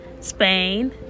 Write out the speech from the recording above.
Spain